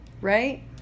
Right